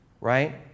right